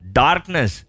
darkness